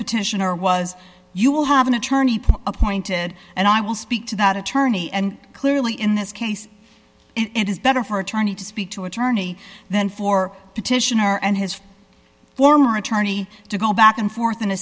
petitioner was you will have an attorney appointed and i will speak to that attorney and clearly in this case it is better for attorney to speak to attorney than for petitioner and his face former attorney to go back and forth in a